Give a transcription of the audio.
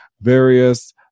various